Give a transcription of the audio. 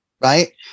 Right